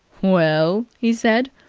well, he said.